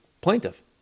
plaintiff